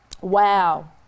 Wow